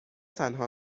تنها